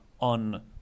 on